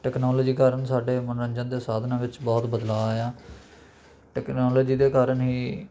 technology ਕਾਰਨ ਸਾਡੇ ਮਨੋਰੰਜਨ ਦੇ ਸਾਧਨਾਂ ਵਿੱਚ ਬਹੁਤ ਬਦਲਾਅ ਆਇਆ ਟੈਕਨਾਲੋਜੀ ਦੇ ਕਾਰਨ ਹੀ